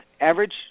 average